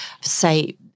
say